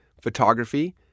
Photography